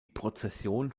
prozession